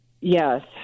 Yes